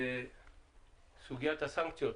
סוגיית הסנקציות,